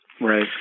Right